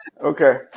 okay